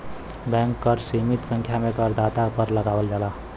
bank कर सीमित संख्या में करदाता पर लगावल जाला